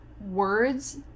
words